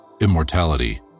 Immortality